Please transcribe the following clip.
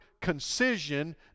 concision